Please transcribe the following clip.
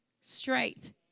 straight